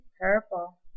purple